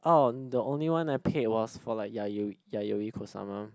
oh the only one I paid was for like Yayo~ Yayoi-Kusama